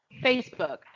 Facebook